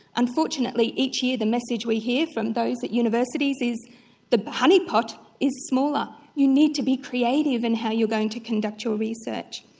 unfortunately each year the message we hear from those at universities is the honeypot is smaller. you need to be creative in how you are going to conduct your research.